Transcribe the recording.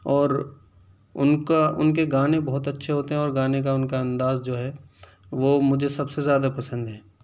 اور ان کا ان کے گانے بہت اچھے ہوتے ہیں اور گانے کا ان کا انداز جو ہے وہ مجھے سب سے زیادہ پسند ہے